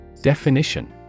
Definition